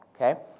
Okay